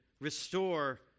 restore